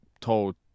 told